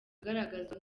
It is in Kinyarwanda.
agaragazwa